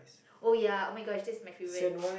oh ya oh-my-gosh that's my favourite